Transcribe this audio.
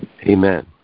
Amen